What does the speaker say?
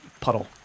puddle